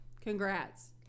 Congrats